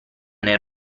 nel